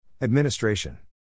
Administration